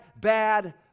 bad